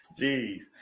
Jeez